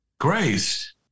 grace